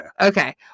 Okay